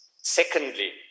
Secondly